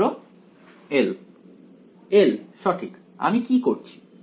ছাত্র L L সঠিক আমি কি করছি